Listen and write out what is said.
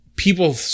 People